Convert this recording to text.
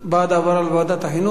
הוא בעד העברה לוועדת החינוך,